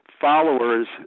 followers